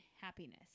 happiness